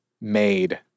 made